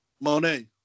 Monet